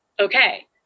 okay